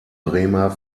bremer